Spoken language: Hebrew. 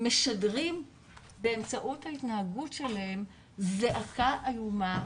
משדרים באמצעות ההתנהגות שלהם זעקה איומה